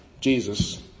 Jesus